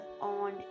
on